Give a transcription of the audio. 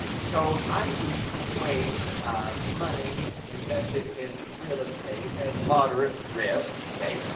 so, i equate money invested in real estate as moderate risk, okay?